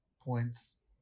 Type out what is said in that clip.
points